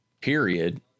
period